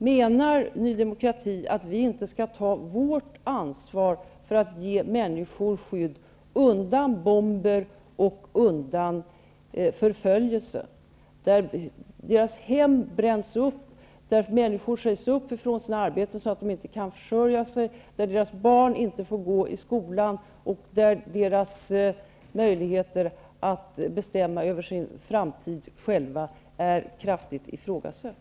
Menar Ny demokrati att vi inte skall ta vårt ansvar och ge människor skydd mot bomber och förföljelse? Det handlar om människor vilkas hem bränns upp, som sägs upp från sina arbeten så att de inte kan försörja sig, vilkas barn inte får gå i skola och vilkas möjligheter att själva bestämma över sin framtid är kraftigt ifrågasatt.